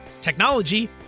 technology